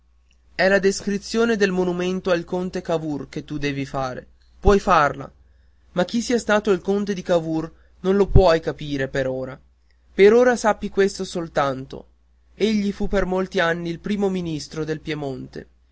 è la descrizione del monumento al conte cavour che tu devi fare puoi farla ma chi sia stato il conte cavour non lo puoi capire per ora per ora sappi questo soltanto egli fu per molti anni il primo ministro del piemonte